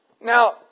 Now